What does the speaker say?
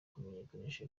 kumenyekanisha